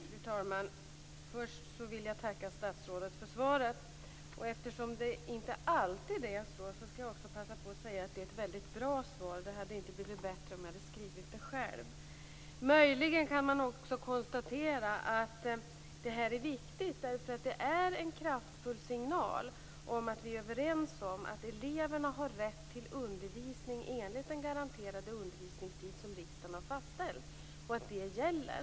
Fru talman! Först vill jag tacka statsrådet för svaret. Eftersom det inte alltid är så, vill jag passa på att säga att det här är ett väldigt bra svar. Det hade inte blivit bättre om jag hade skrivit det själv. Man kan möjligen också konstatera att det här är viktigt eftersom det är en kraftfull signal om att vi är överens om att eleverna har rätt till undervisning enligt den garanterade undervisningstid som riksdagen har fastställt, och att det gäller.